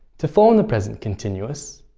to form the present continuous,